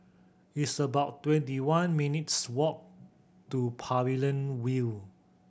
it's about twenty one minutes' walk to Pavilion View